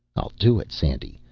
i'll do it, sandy.